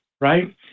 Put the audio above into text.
right